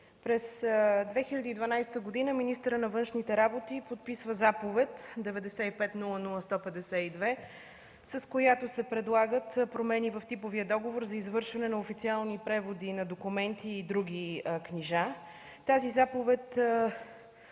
През 2012 г. министърът на външните работи подписва Заповед № 95-00-152, с която се предлагат промени в типовия договор за извършване на официални преводи на документи и други книжа. Тази заповед